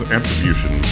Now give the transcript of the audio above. Attribution